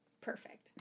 Perfect